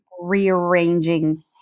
rearranging